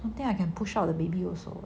I think I can push out baby also